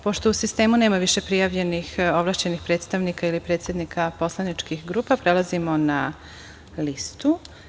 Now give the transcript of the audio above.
Pošto u sistemu nema više prijavljenih ovlašćenih predstavnika ili predsednika poslaničkih grupa, prelazimo na listu.